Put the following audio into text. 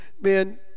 man